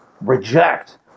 reject